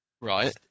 Right